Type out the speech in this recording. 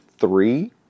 three